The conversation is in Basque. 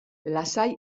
lasai